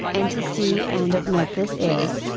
and to see and admit this is,